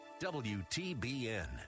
WTBN